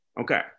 Okay